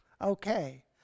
Okay